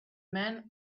man